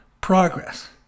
progress